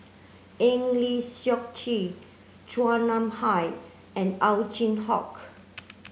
Eng Lee Seok Chee Chua Nam Hai and Ow Chin Hock